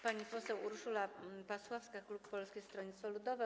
Pani poseł Urszula Pasławska, klub Polskiego Stronnictwa Ludowego.